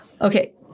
Okay